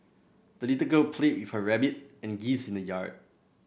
the little girl played with her rabbit and geese in the yard